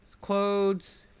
clothes